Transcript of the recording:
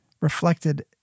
reflected